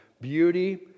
beauty